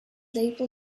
label